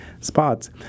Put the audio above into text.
spots